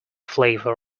flavour